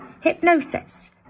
hypnosis